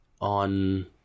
on